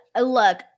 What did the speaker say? look